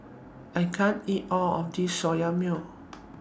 I can't eat All of This Soya Milk